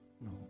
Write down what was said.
no